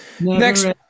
Next